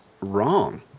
wrong